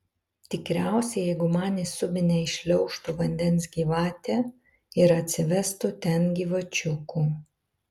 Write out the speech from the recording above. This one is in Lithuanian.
tikriausiai jeigu man į subinę įšliaužtų vandens gyvatė ir atsivestų ten gyvačiukų